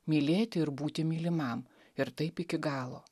mylėti ir būti mylimam ir taip iki galo